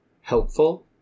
helpful